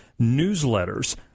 newsletters